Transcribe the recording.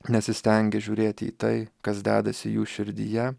nesistengia žiūrėti į tai kas dedasi jų širdyje